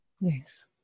Yes